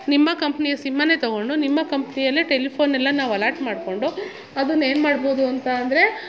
ನಿಮ್ಮ ಕಂಪ್ನಿಯ ಸಿಮ್ಮನ್ನೆ ತಗೊಂಡು ನಿಮ್ಮ ಕಂಪ್ನಿಯಲ್ಲೆ ಟೆಲಿಫೋನೆಲ್ಲ ನಾವು ಅಲರ್ಟ್ ಮಾಡ್ಕೊಂಡು ಅದನ್ನು ಏನು ಮಾಡ್ಬಹುದು ಅಂತ ಅಂದರೆ